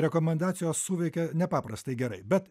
rekomendacijos suveikia nepaprastai gerai bet